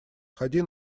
ходи